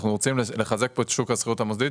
אנחנו רוצים לחזק פה את שוק השכירות המוסדית